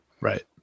Right